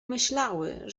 myślały